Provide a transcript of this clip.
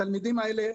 התלמידים האלה,